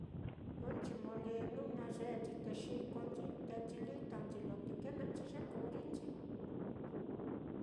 Jɨꞌɨnchi mulinu, nayenchi te xikonchi, teenchi litanchi, laa te kene'enchi ye kurinchi.